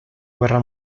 guerra